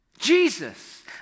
Jesus